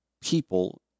people